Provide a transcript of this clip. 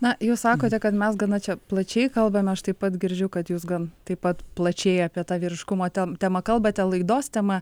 na jūs sakote kad mes gana čia plačiai kalbame aš taip pat girdžiu kad jūs gan taip pat plačiai apie tą vyriškumo te temą kalbate laidos tema